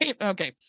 okay